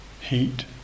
heat